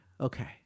okay